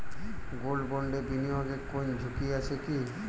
Gold বন্ডে বিনিয়োগে কোন ঝুঁকি আছে কি?